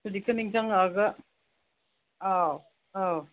ꯍꯧꯖꯤꯛꯇ ꯅꯤꯡꯁꯤꯡꯉꯛꯑꯒ ꯑꯥꯎ ꯑꯥꯎ